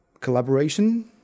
collaboration